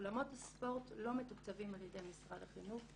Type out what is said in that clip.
אולמות הספורט לא מתוקצבים על ידי משרד החינוך,